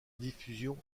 diffusion